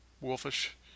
wolfish